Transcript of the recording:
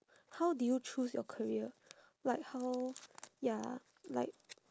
how do you choose your career like how ya like